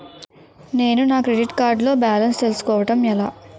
నేను నా credit card లో బాలన్స్ తెలుసుకోవడం ఎలా?